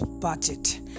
budget